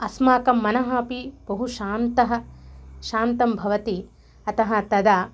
अस्माकं मनः अपि बहु शान्तः शान्तं भवति अतः तदा